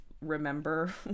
remember